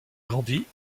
grandit